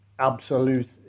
absolute